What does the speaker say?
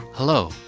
Hello